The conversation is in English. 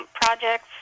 projects